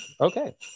okay